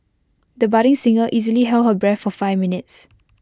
the budding singer easily held her breath for five minutes